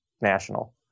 national